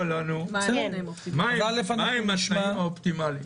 -- האם ידוע לנו מהם התנאים האופטימליים.